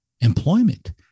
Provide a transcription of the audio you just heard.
employment